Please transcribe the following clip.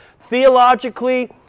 theologically